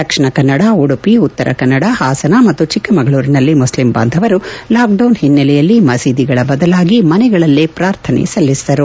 ದಕ್ಷಿಣ ಕನ್ನಡ ಉಡುಪಿ ಉತ್ತರ ಕನ್ನಡ ಹಾಸನ ಮತ್ತು ಚಿಕ್ಕಮಗಳೂರಿನಲ್ಲಿ ಮುಸ್ಲಿಂ ಬಾಂಧವರು ಲಾಕೆಡೌನ್ ಹಿನ್ನೆಲೆಯಲ್ಲಿ ಮಸೀದಿಗಳ ಬದಲಾಗಿ ಮನೆಗಳಲ್ಲೇ ಪ್ರಾರ್ಥನೆ ಸಲ್ಲಿಸಿದರು